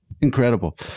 Incredible